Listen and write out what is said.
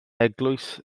eglwys